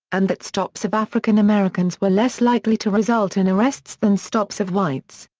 and that stops of african americans were less likely to result in arrests than stops of whites.